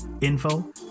info